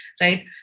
right